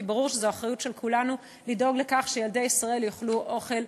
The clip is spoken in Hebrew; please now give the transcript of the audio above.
כי ברור שזו אחריות של כולנו לדאוג לכך שילדי ישראל יאכלו אוכל,